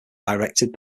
directed